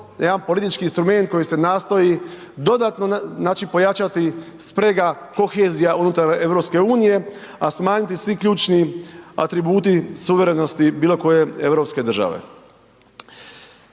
jedan politički instrument koji se nastoji dodatno znači pojačati sprega, kohezija unutar EU, a smanjiti svi ključni atributi suverenosti bilo koje europske države.